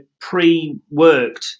pre-worked